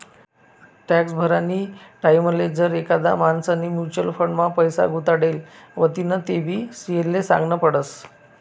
tax भरानी टाईमले जर एखादा माणूसनी म्युच्युअल फंड मा पैसा गुताडेल व्हतीन तेबी सी.ए ले सागनं पडस